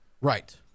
Right